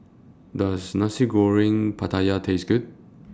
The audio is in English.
Does Nasi Goreng Pattaya Taste Good